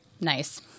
Nice